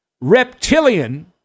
Reptilian